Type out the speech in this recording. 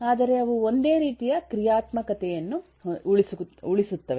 ಆದರೆ ಅವು ಒಂದೇ ರೀತಿಯ ಕ್ರಿಯಾತ್ಮಕತೆಯನ್ನು ಉಳಿಸುತ್ತವೆ